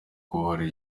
kubohora